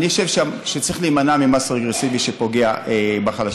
אני חושב שצריך להימנע ממס רגרסיבי שפוגע בחלשים.